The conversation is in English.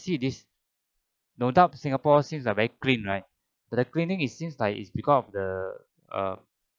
see this no doubt singapore seems are very clean right the cleaning it seems like it is because the uh